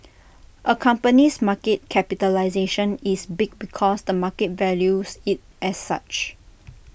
A company's market capitalisation is big because the market values IT as such